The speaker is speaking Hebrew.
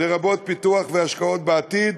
לרבות פיתוח והשקעות בעתיד,